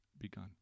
begun